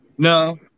No